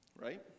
Right